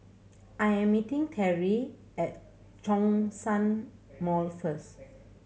I am meeting Terrie at Zhongshan Mall first